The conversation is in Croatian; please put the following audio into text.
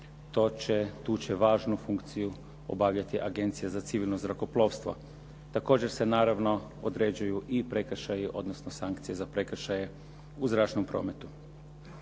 tu će važnu funkciju obavljati agencija za civilno zrakoplovstvo. Također se naravno određuju i prekršaji, odnosno sankcije za prekršaje u zračnom prometu.